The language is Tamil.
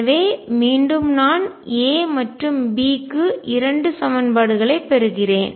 எனவே மீண்டும் நான் A மற்றும் B க்கு இரண்டு சமன்பாடுகளைப் பெறுகிறேன்